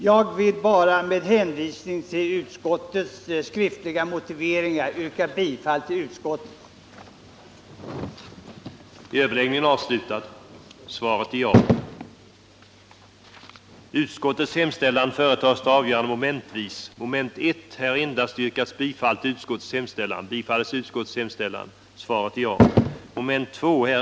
Jag vill med hänvisning till utskottets skriftliga motiveringar yrka bifall till utskottets hemställan i betänkandet.